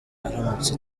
aramutse